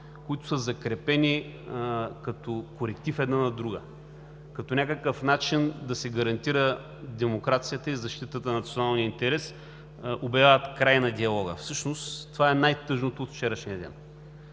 които са закрепени като коректив една на друга, като някакъв начин да се гарантира демокрацията и защитата на националния интерес, обявяват край на диалога. Всъщност това е най-тъжното от вчерашния ден.